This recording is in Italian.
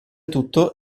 tutto